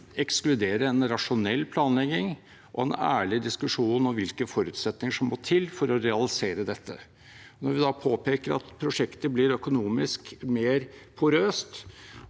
ekskludere en rasjonell planlegging og den ærlige diskusjonen om hvilke forutsetninger som må til for å realisere dette, når vi påpeker at prosjektet blir økonomisk mer porøst